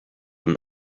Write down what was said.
them